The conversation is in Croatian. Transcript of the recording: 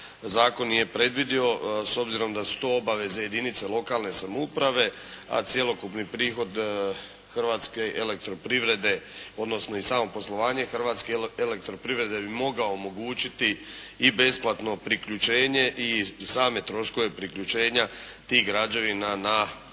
zakon nije predvidio s obzirom da su to obaveze jedinice lokalne samouprave, a cjelokupni prihod hrvatske elektroprivrede, odnosno i samo poslovanje hrvatske elektroprivrede bi mogao omogućiti i besplatno priključenje i same troškove priključenja tih građevina na elektroenergetski